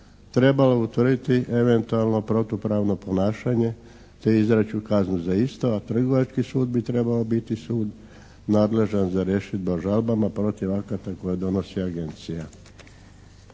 trebala utvrditi eventualno protupravno ponašanje te izreć kaznu za isto, a trgovački sud bi trebao biti sud nadležan za rješidbe o žalbama protiv akata koje donosi Agencija.